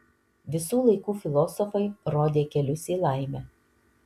visų laikų filosofai rodė kelius į laimę